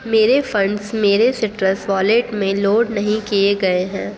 میرے فنڈس میرے Citrus wallet میں لوڈ نہیں کیے گیے ہیں